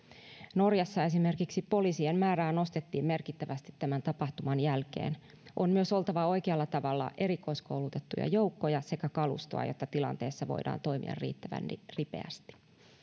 norjassa esimerkiksi poliisien määrää nostettiin merkittävästi tämän tapahtuman jälkeen on myös oltava oikealla tavalla erikoiskoulutettuja joukkoja sekä kalustoa jotta tilanteessa voidaan toimia riittävän ripeästi